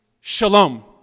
shalom